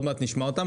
עוד מעט נשמע אותם,